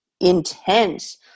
intense